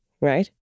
Right